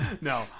No